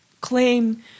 claim